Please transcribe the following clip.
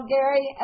Gary